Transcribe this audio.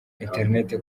interineti